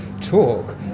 talk